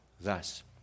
thus